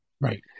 right